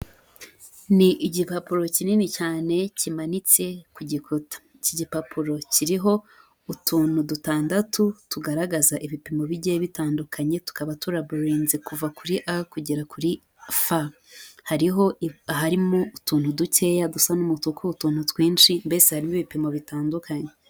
Ni igipapuro kinini cyane kimanitse ku gikuta. Iki igipapuro kiriho utuntu dutandatu, tugaragaza ibipimo bijye bitandukanye, tukaba turarabolinze kuva kuri a kugera kuri f. Hariho harimo utuntu dukeya dusa n'umutuku, utuntu twinshi mbese harimo ibipimo bitandukanye.